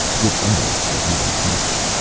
with etl, it was even tougher.